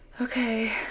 Okay